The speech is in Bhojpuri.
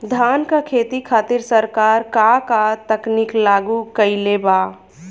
धान क खेती खातिर सरकार का का तकनीक लागू कईले बा?